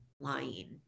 lying